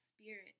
spirit